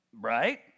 Right